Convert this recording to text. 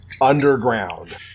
underground